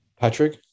Patrick